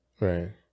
Right